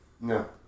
No